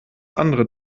andere